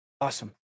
Awesome